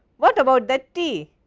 what about that t?